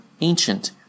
ancient